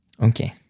Okay